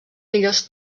millors